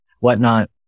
whatnot